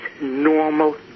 normal